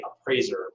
appraiser